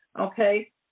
Okay